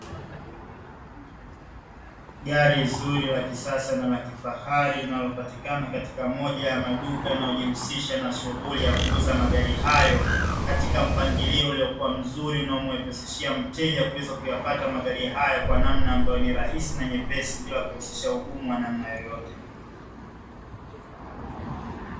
Gari zuri la kisasa na la kifahari, linalopatikana katika moja ya maduka yanayojihusisha na shughuli ya kuuza magari hayo, katika mpangilio uliokua mzuri unaomwepesishia mteja kuweza kuyapata magari hayo kwa namna ambayo ni rahisi na nyepesi, bila kuhusisha ugumu wa namna yoyote.